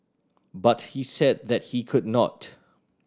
but he said that he could not